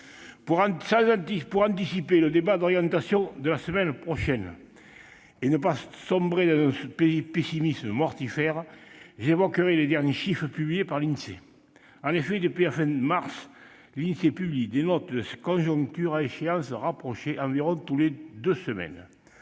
Pour anticiper le débat d'orientation de la semaine prochaine, et ne pas sombrer dans un pessimisme mortifère, j'évoquerai les derniers chiffres publiés par l'Insee. En effet, depuis la fin de mars, l'Insee publie des notes de conjoncture à échéances rapprochées, environ toutes les deux semaines.